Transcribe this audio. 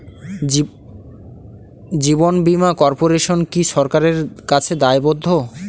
জীবন বীমা কর্পোরেশন কি সরকারের কাছে দায়বদ্ধ?